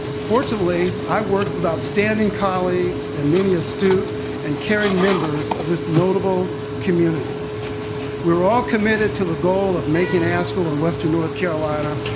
fortunately, i worked with outstanding colleagues, and many astute and caring members of this notable community. we were all committed to the goal of making asheville and western north carolina,